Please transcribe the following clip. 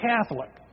Catholic